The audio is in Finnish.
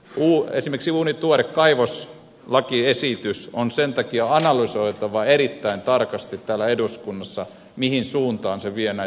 esimerkiksi uunituore kaivoslakiesitys on sen takia analysoitava erittäin tarkasti täällä eduskunnassa mihin suuntaan se vie näitä mahdollisuuksia